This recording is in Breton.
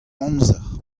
amzer